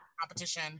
competition